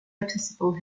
noticeable